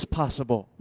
possible